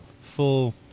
full